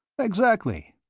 exactly.